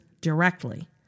directly